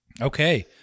Okay